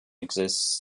exists